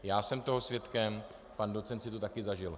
Já jsem toho svědkem, pan docent si to také zažil.